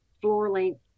floor-length